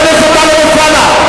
חבר הכנסת טלב אלסאנע.